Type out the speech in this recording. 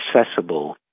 accessible